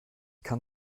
kann